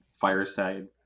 fireside